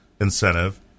incentive